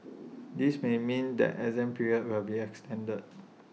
this may mean that exam periods will be extended